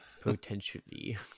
potentially